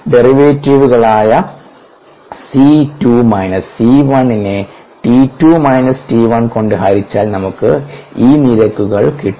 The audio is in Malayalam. ഡെറിവേറ്റീവുകളായ C2 മൈനസ് C1 നെ t2 മൈനസ് t1 കൊണ്ട് ഹരിച്ചാൽ നമുക്ക് ഈ നിരക്കുകൾ കിട്ടും